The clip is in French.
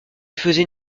faisait